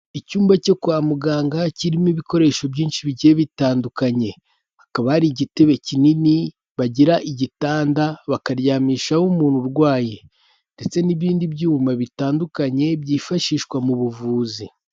Icyumba cyo kwa muganga kirimo ibikoresho byinshi bigiye bitandukanye, hakaba hari igitebe kinini bagira igitanda bakaryamishaho umuntu urwaye ndetse n'ibindi byuma bitandukanye byifashishwa mu buvuzi.